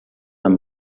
amb